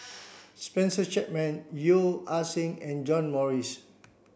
Spencer Chapman Yeo Ah Seng and John Morrice